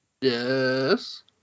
Yes